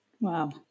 Wow